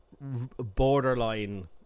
borderline